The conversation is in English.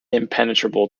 impenetrable